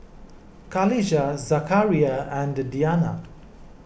Qalisha Zakaria and Diyana